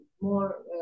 more